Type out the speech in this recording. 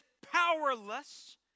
powerless